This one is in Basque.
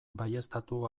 baieztatu